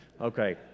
Okay